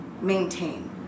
maintain